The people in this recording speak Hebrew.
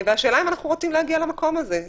השאלה אם אנחנו רוצים להגיע למקום הזה.